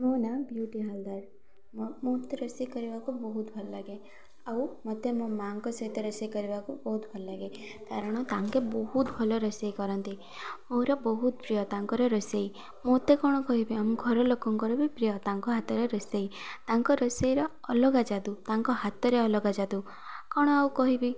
ମୋ ନାଁ ବ୍ୟୁଟି ହଲଦର ମୋତେ ରୋଷେଇ କରିବାକୁ ବହୁତ ଭଲ ଲାଗେ ଆଉ ମତେ ମୋ ମା'ଙ୍କ ସହିତ ରୋଷେଇ କରିବାକୁ ବହୁତ ଭଲ ଲାଗେ କାରଣ ତାଙ୍କେ ବହୁତ ଭଲ ରୋଷେଇ କରନ୍ତି ମୋର ବହୁତ ପ୍ରିୟ ତାଙ୍କର ରୋଷେଇ ମୋତେ କ'ଣ କହିବି ଆମ ଘର ଲୋକଙ୍କର ବି ପ୍ରିୟ ତାଙ୍କ ହାତରେ ରୋଷେଇ ତାଙ୍କ ରୋଷେଇର ଅଲଗା ଯାଦୁ ତାଙ୍କ ହାତରେ ଅଲଗା ଯାଦୁ କ'ଣ ଆଉ କହିବି